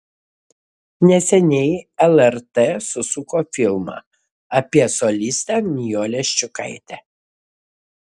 neseniai lrt susuko filmą apie solistę nijolę ščiukaitę